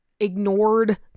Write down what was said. ignored